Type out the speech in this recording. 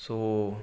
so